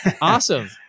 Awesome